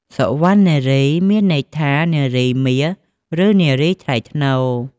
សុវណ្ណារី មានន័យថា នារីមាស ឬ នារីថ្លៃថ្នូរ។